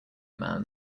man